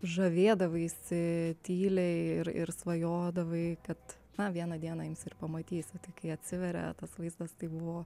žavėdavaisi tyliai ir ir svajodavai kad vieną dieną imsi ir pamatysi tai kai atsiveria tas vaizdas tai buvo